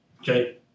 Okay